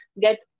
get